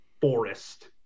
forest